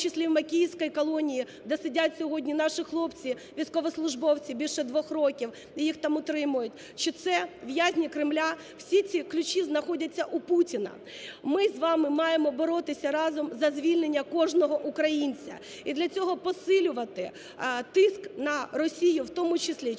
числі Макіївській колонії, де сидять сьогодні наші хлопці військовослужбовці більше двох років і їх там утримують, що це в'язні Кремля – всі ці ключі знаходяться у Путіна. Ми з вами маємо боротися разом за звільнення кожного українця, і для цього посилювати тиск на Росію у тому числі